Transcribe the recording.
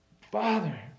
Father